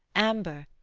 amber,